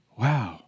Wow